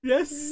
Yes